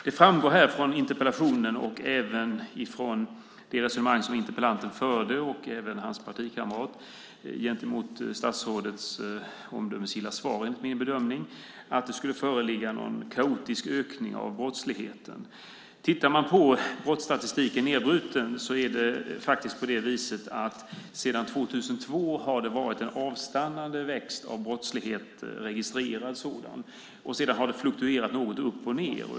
Det framgår av interpellationen och även av det resonemang som interpellanten liksom hans partikamrat förde gentemot statsrådets enligt min bedömning omdömesgilla svar att det skulle föreligga en kaotisk ökning av brottsligheten. Tittar man på brottsstatistiken nedbruten är det faktiskt på det viset att det sedan 2002 har varit en avstannande ökning av registrerad brottslighet, och sedan har det fluktuerat något upp och ned.